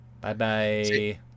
Bye-bye